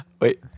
Wait